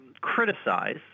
criticize